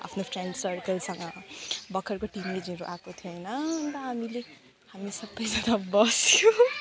आफ्नो फ्रेन्ड सर्कलसँग भर्खरको टिनेजहरू आएको थियो होइन अन्त हामीले हामी सबैजना बस्यो